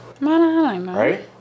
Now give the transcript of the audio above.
right